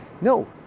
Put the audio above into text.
No